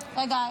רגע,